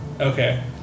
Okay